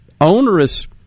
onerous